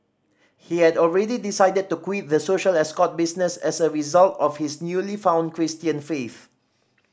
he had already decided to quit the social escort business as a result of his newly found Christian faith